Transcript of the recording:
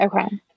Okay